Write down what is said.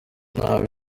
nabi